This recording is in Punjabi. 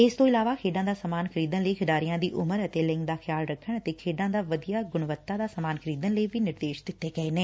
ਇਸ ਤੋ ਇਲਾਵਾ ਖੇਡਾ ਦਾ ਸਮਾਨ ਖਰੀਦਣ ਲਈ ਖਿਡਾਰੀਆਂ ਦੀ ਉਮਰ ਅਤੇ ਲਿੰਗ ਦਾ ਖਿਆਲ ਰੱਖਣ ਅਤੇ ਖੇਡਾਂ ਦਾ ਵਧੀਆ ਗੁਣਵੱਤਾ ਦਾ ਸਮਾਨ ਖਰੀਦ ਲਈ ਵੀ ਨਿਰਦੇਸ਼ ਦਿੱਤੇ ਗਏ ਨੇ